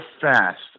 fast